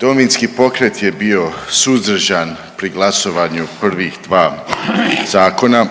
Domovinski pokret je bio suzdržan pri glasovanju prvih dva zakona